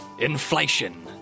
Inflation